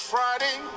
Friday